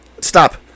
Stop